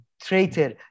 traitor